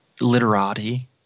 literati